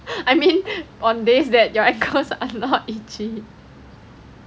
I mean on days that your ankles are not itchy